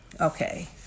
okay